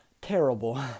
terrible